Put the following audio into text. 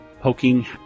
poking